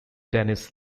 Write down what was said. denis